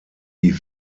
die